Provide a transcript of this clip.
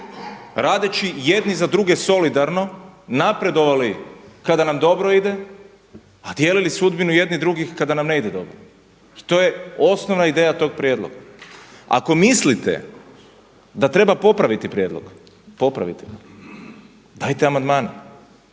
radeći jedni za druge solidarno napredovali kada nam dobro ide, a dijelili sudbinu jedni drugih kada nam ne ide dobro. I to je osnovna ideja tog prijedloga. Ako mislite da treba popraviti prijedlog, popravite ga, dajte amandmane,